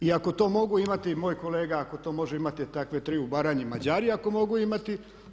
I ako to mogu imati, moj kolega, ako to može imati takve 3 u Baranji i Mađari ako mogu imati.